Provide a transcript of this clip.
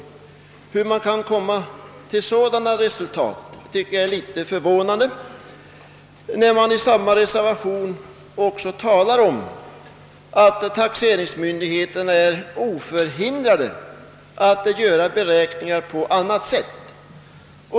Att man kan komma till sådana resultat tycker jag är litet förvånande, när man i samma reservation också talar om att taxeringsmyndigheterna är »oförhindrade att göra beräkningen på annat sätt».